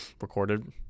recorded